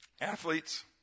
athletes